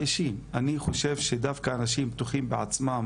אני חושב שזה חלק מהבעיה.